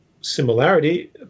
similarity